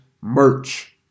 merch